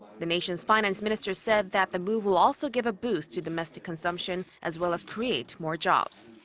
the nation's finance minister said that the move will also give a boost to domestic consumption as well as create more jobs.